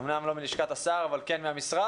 היא אמנם לא מלשכת השר אבל כן מהמשרד.